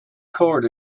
cord